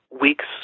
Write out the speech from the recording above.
weeks